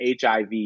hiv